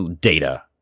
data